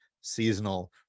seasonal